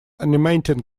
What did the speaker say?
animating